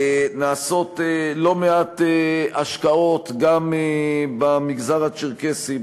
נעשות לא מעט השקעות גם במגזר הצ'רקסי,